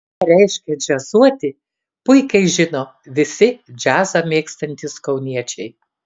ką reiškia džiazuoti puikiai žino visi džiazą mėgstantys kauniečiai